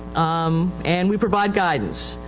um, and we provide guidance.